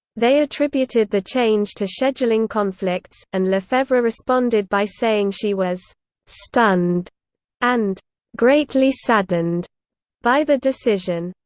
they attributed the change to scheduling conflicts, and lefevre responded by saying she was stunned and greatly saddened by the decision.